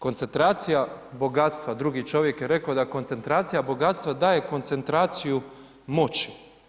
Koncentracija bogatstva, drugi čovjek je da koncentracija bogatstva daje koncentraciju moći.